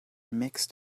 mixed